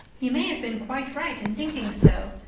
he may have been quite right in thinking so,